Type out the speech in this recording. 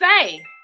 say